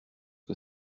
que